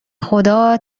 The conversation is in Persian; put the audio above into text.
خدا